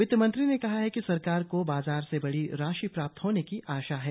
वित्त मंत्री ने कहा कि सरकार को बाजार से बडी राशि प्राप्त होने की आशा है